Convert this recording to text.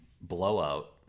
blowout